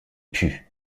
put